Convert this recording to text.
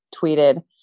tweeted